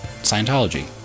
Scientology